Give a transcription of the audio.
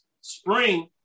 spring